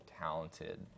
talented